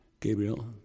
Gabriel